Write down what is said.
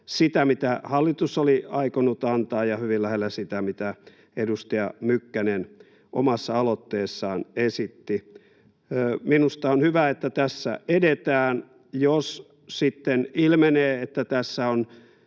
sitä, mitä hallitus oli aikonut antaa, ja hyvin lähellä sitä, mitä edustaja Mykkänen omassa aloitteessaan esitti. Minusta on hyvä, että tässä edetään. Jos sitten ilmenee, että tässä on